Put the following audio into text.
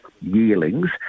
yearlings